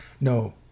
No